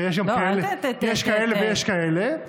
יש כאלה ויש כאלה,